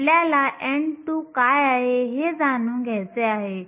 आपल्याला n2 काय आहे हे जाणून घ्यायचे आहे